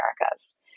Americas